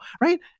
right